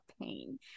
Pain